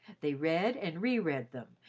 they read and re-read them,